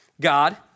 God